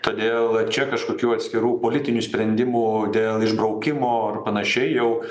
todėl čia kažkokių atskirų politinių sprendimų dėl išbraukimo ar panašiai jau